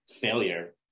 failure